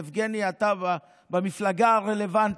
יבגני, אתה במפלגה הרלוונטית.